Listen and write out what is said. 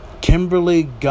Kimberly